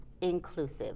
inclusive